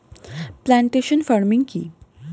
Plantation farming কি?